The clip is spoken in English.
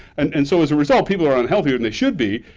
and and so, as a result, people are unhealthier than they should be,